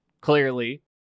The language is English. clearly